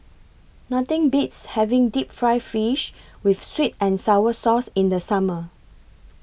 Nothing Beats having Deep Fried Fish with Sweet and Sour Sauce in The Summer